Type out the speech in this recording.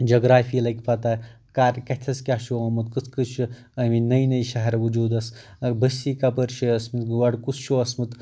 geography لگہِ پتہ کر کتھس کیٛاہ چھُ اومُت کٕتھ کٔنۍ چھُ ٲمٕتۍ نٔے نٔے شہر وجوٗدس بستی کپٲرۍ چھِ ٲسۍ مٕژ گۄڈ کُس چھُ اوسمُت